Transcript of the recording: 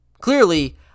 clearly